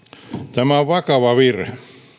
tämä on vakava virhe